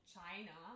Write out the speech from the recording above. China